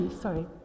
Sorry